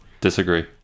disagree